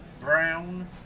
brown